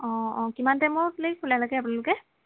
অঁ অঁ কিমান টাইমৰ লৈকে খোলা ৰাখে আপোনালোকে